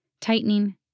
tightening